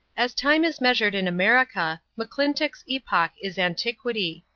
as time is measured in america, mcclintock's epoch is antiquity.